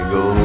go